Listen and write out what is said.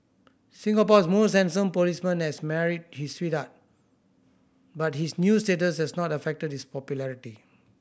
Singapore's most handsome policeman has married his sweetheart but his new status has not affected this popularity